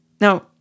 Now